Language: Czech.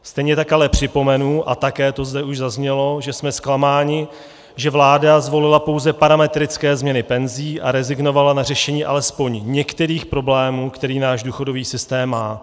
Stejně tak ale připomenu, a také to zde už zaznělo, že jsme zklamáni, že vláda zvolila pouze parametrické změny penzí a rezignovala na řešení alespoň některých problémů, které náš důchodový systém má.